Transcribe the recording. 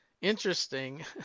interesting